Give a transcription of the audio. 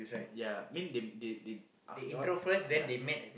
ya mean they they they okay what ya